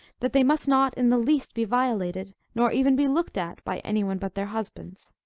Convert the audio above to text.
that they must not in the least be violated, nor even be looked at, by any one but their husbands.